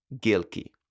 Gilkey